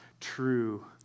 true